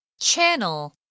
Channel